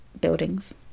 buildings